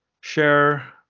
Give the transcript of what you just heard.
share